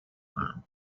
found